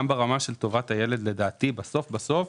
גם ברמה של טובת הילד, לדעתי בסוף עדיף לו